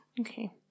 Okay